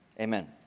amen